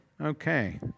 okay